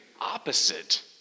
opposite